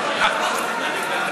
עובד חינוך),